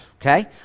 Okay